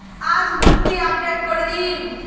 আজ মুক্তি আপডেট করে দিন